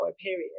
period